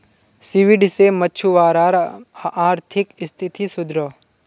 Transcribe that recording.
seaweed से मछुवारार अआर्थिक स्तिथि सुधरोह